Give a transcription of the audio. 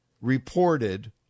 reported